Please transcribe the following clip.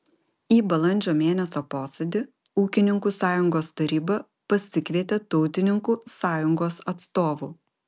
į balandžio mėnesio posėdį ūkininkų sąjungos taryba pasikvietė tautininkų sąjungos atstovų